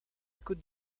côte